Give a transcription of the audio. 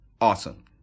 Awesome